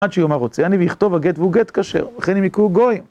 עד שיאמר "רוצה אני", יכתוב הגט והוא גט כשר, וכן אם היכוהו גויים.